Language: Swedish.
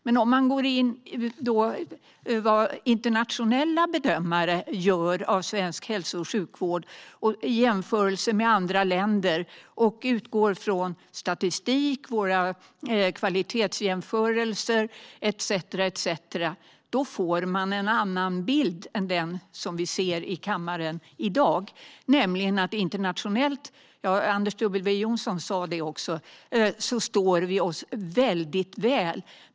Men man kan gå in på vad internationella bedömare gör för bedömningar av svensk hälso och sjukvård i jämförelse med andra länder. Om man utgår från statistik och våra kvalitetsjämförelser etcetera får man en annan bild än den som vi ser i kammaren i dag. Internationellt - Anders W Jonsson sa det också - står vi oss väldigt väl.